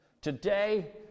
Today